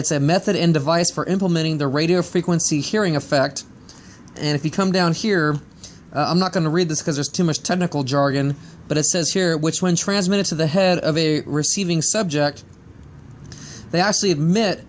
it's a method in device for implementing the radio frequency hearing effect and if you come down here i'm not going to read this because there's too much technical jargon but it says here which when transmitted to the head of a receiving subject they actually admit